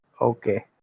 Okay